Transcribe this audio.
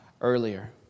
earlier